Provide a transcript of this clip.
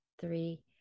three